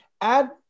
add